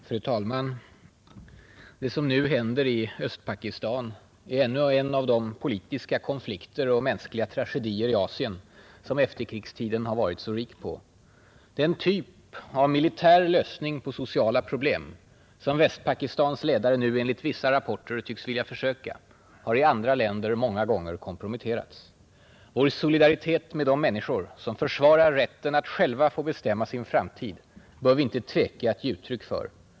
Fru talman! Det som nu händer i Östpakistan är ännu en av de politiska konflikter och mänskliga tragedier i Asien som efterkrigstiden har varit så rik på. Den typ av militär lösning på sociala problem som Västpakistans ledare enligt vissa rapporter nu tycks vilja försöka har i andra länder många gånger komprometterats. Vår solidaritet med de människor som försvarar rätten att själva få bestämma sin framtid bör vi inte tveka att ge uttryck för.